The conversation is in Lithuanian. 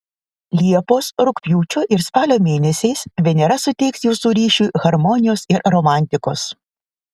liepos rugpjūčio ir spalio mėnesiais venera suteiks jūsų ryšiui harmonijos ir romantikos